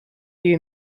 you